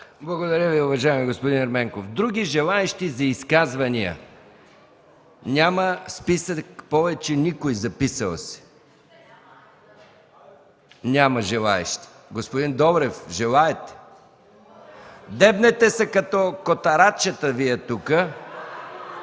Благодаря Ви, уважаеми господин Ерменков. Има ли други желаещи за изказвания? Няма желаещи, няма по списък повече никой записал се. Няма желаещи. Господин Добрев, желаете ли? Дебнете се като котарачета Вие тук.